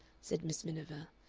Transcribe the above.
said miss miniver.